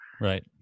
Right